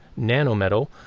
nanometal